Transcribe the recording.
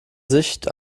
sicht